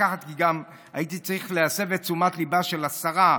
לקחת לי גם כי הייתי צריך להסב את תשומת ליבה של השרה.